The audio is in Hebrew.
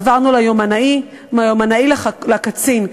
עברנו ליומנאי, ומהיומנאי, לקצין.